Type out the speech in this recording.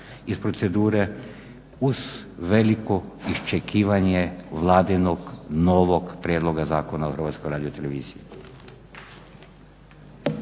iz procedure uz veliko iščekivanje vladinog novog prijedloga Zakona o HRT-U. **Stazić,